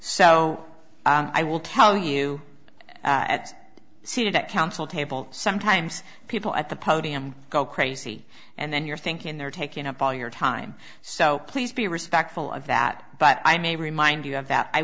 so i will tell you that seated at counsel table sometimes people at the podium go crazy and then you're thinking they're taking up all your time so please be respectful of that but i may remind you of that i